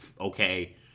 okay